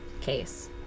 case